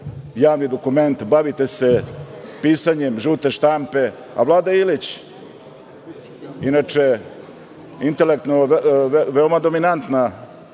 javni dokument, bavite se pisanjem žute štampe. Vlada Ilić, inače intelektualno veoma dominantna